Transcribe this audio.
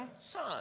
Son